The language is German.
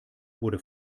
wurde